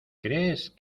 crees